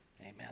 amen